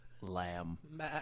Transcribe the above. Lamb